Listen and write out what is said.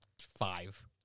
five